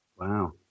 Wow